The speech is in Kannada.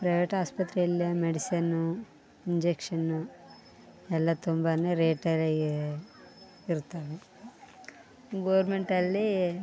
ಪ್ರೈವೇಟ್ ಆಸ್ಪತ್ರೆಯಲ್ಲಿ ಮೆಡಿಸನ್ನು ಇಂಜೆಕ್ಷನ್ನು ಎಲ್ಲ ತುಂಬಾ ರೇಟ್ ಇರ್ತವೆ ಗೋರ್ಮೆಂಟ್ ಅಲ್ಲಿ